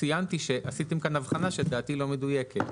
ציינתי שעשיתם כאן הבחנה שלדעתי היא לא מדויקת.